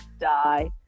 die